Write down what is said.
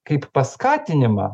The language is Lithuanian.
kaip paskatinimą